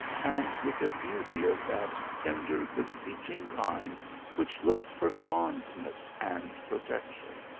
and with a beauty of that tender, beseeching kind which looks for fondness and protection.